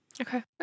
Okay